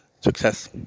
Success